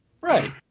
Right